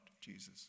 Jesus